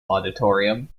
auditorium